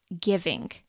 giving